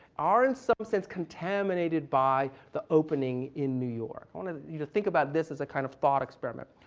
are in some sense contaminated by the opening in new york. i wanted you to think about this as a kind of thought experiment.